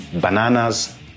Bananas